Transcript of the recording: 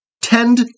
tend